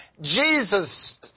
Jesus